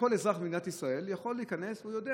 כל אזרח במדינת ישראל יכול להיכנס ויודע